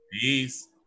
Peace